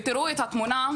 ותראו את התמונה,